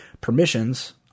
permissions